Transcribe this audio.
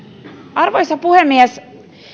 arvoisa puhemies